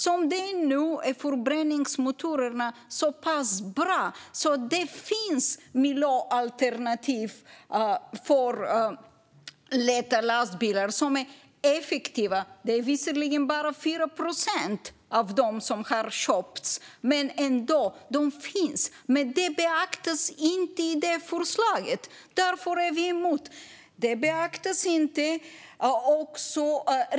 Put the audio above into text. Som det är nu är förbränningsmotorerna så pass bra att det finns miljöalternativ för lätta lastbilar som är effektiva. Visserligen utgör de bara 4 procent av dem som har köpts, men de finns i alla fall. Detta beaktas dock inte i förslaget, och därför är vi emot det.